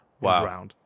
Wow